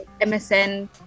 MSN